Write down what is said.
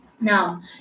Now